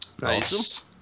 Nice